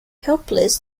helpless